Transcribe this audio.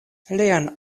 lian